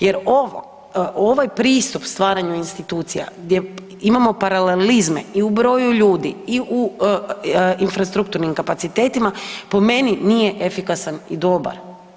Jer ovo, ovaj pristup stvaranja institucija gdje imamo paralelizme i u broju ljudi i u infrastrukturnim kapacitetima, po meni nije efikasan i dobar.